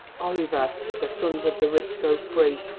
oliver! the sons of the rich go free,